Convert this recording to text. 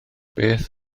beth